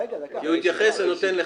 הוא התייחס, אז אני נותן לך.